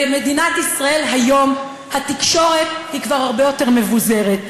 במדינת ישראל היום התקשורת היא כבר הרבה יותר מבוזרת,